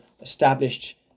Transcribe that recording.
established